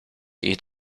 eat